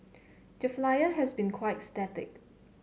the flyer has been quite static